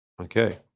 Okay